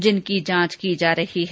जिनकी जांच की जा रही है